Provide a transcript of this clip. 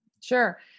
Sure